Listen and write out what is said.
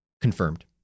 confirmed